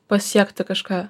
pasiekti kažką